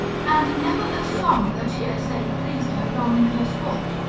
and never a song that she essayed pleased her long in her sport.